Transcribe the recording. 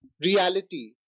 reality